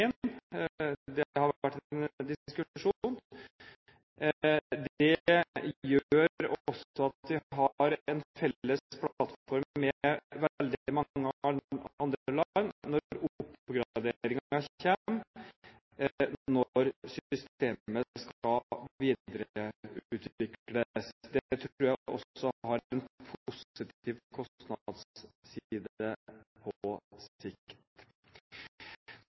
en felles plattform med veldig mange andre land, når oppgraderingen kommer, og når systemet skal videreutvikles. Det tror jeg også har en positiv kostnadsside på sikt.